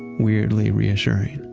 weirdly reassuring